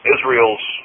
Israel's